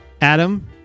Adam